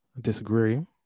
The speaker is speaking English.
disagree